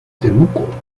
temuco